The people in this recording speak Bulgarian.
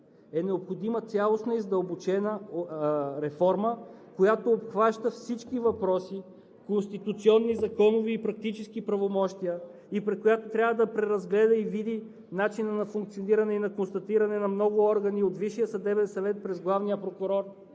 е необходима цялостна и задълбочена реформа, която обхваща всички въпроси – конституционни, законови и практически правомощия, която трябва да преразгледа и види начина на функциониране и на констатиране на много органи от Висшия съдебен